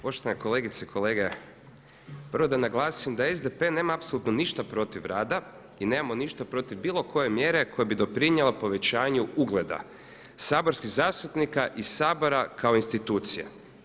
Poštovane kolegice i kolege, prvo da naglasim da SDP nema apsolutno ništa protiv rada i nemamo ništa protiv bilo koje mjere koja bi doprinijela povećanju ugleda saborskih zastupnika i Sabora kao institucije.